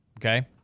Okay